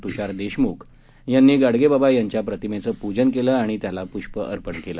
तुषार देशमुख यांनी गाडगेबाबा यांच्या प्रतिमेचं पूजन केलं आणि त्याला पुष्प अपर्ण केली